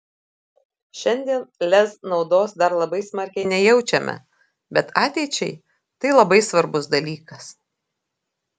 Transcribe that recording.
šiandien lez naudos dar labai smarkiai nejaučiame bet ateičiai tai labai svarbus dalykas